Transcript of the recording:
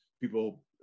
people